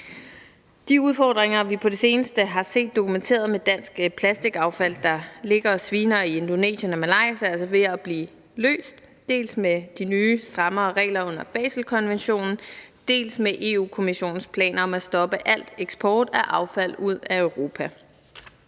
De udfordringer, vi på det seneste har set dokumenteret med dansk plastikaffald, der ligger og sviner i Indonesien og Malaysia, er altså ved at blive løst, dels med de nye strammere regler under Baselkonventionen, dels med Europa-Kommissionens planer om at stoppe al eksport af affald ud af Europa.